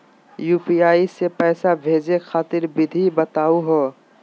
UPI स पैसा भेजै खातिर विधि बताहु हो?